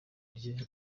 rye